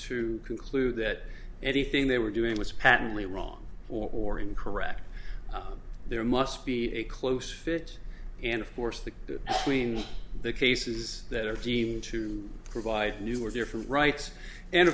to conclude that anything they were doing was patently wrong or incorrect there must be a close fit and force that means the cases that are deemed to provide new or different ri